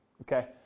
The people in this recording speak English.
okay